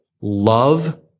love